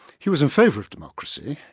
he was in favour of democracy,